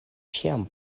ĉiam